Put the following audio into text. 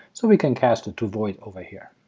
so we can cast it to void over here.